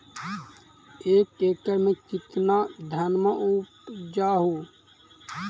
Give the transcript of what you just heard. एक एकड़ मे कितना धनमा उपजा हू?